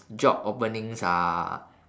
job openings are